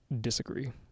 Disagree